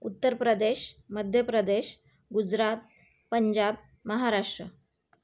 Uttar Pradesh Madhya Pradesh Gujarat Punjab Maharashtra